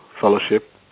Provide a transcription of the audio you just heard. fellowship